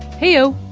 heyo.